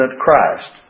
Christ